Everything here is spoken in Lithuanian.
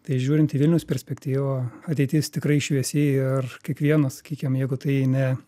tai žiūrint į vilniaus perspektyvą ateitis tikrai šviesi ir kiekvienas sakykim jeigu tai ne